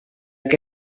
que